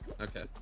Okay